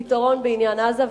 פתרון בעניין עזה,